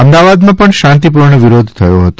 અમદાવાદમાં પણ શાંતિ પૂર્ણ વિરોધ થયો હતો